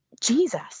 Jesus